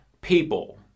people